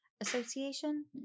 association